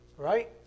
Right